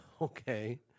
Okay